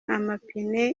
amapine